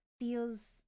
feels